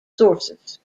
sources